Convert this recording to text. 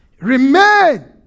Remain